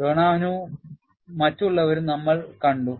ഡൊണാഹ്നു മറ്റുള്ളവരും നമ്മൾ കണ്ടു